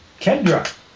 Kendra